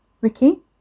Ricky